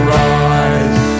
rise